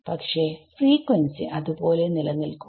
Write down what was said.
പക്ഷെ ഫ്രീക്ൻസി അത് പോലെ നിൽക്കും